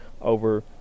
over